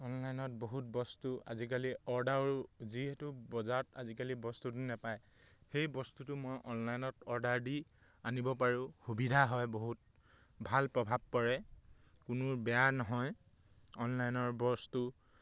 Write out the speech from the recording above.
অনলাইনত বহুত বস্তু আজিকালি অৰ্ডাৰো যিহেতু বজাৰত আজিকালি বস্তুটো নাপায় সেই বস্তুটো মই অনলাইনত অৰ্ডাৰ দি আনিব পাৰোঁ সুবিধা হয় বহুত ভাল প্ৰভাৱ পৰে কোনো বেয়া নহয় অনলাইনৰ বস্তু